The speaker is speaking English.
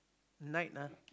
night ah